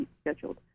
scheduled